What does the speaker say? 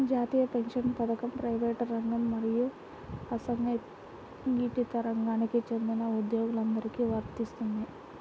జాతీయ పెన్షన్ పథకం ప్రైవేటు రంగం మరియు అసంఘటిత రంగానికి చెందిన ఉద్యోగులందరికీ వర్తిస్తుంది